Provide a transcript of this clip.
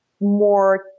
more